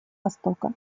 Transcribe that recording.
востока